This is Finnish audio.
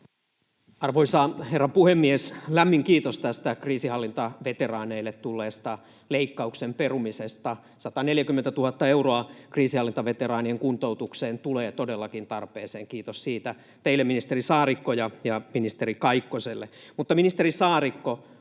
Arvoisa herra puhemies! Lämmin kiitos tästä kriisinhallintaveteraaneille tulleesta leikkauksen perumisesta — 140 000 euroa kriisinhallintaveteraanien kuntoutukseen tulee todellakin tarpeeseen. Kiitos siitä teille, ministeri Saarikko, ja ministeri Kaikkoselle.